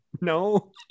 No